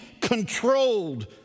controlled